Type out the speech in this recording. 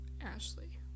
Ashley